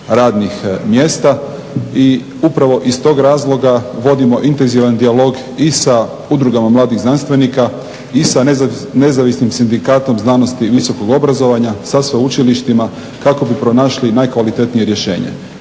I upravo iz toga razloga vodimo intenzivan dijalog i sa udrugama mladih znanstvenika i sa nezavisnim Sindikatom znanosti visokog obrazovanja sa sveučilištima kako bi pronašli najkvalitetnije rješenje.